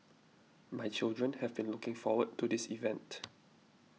my children have been looking forward to this event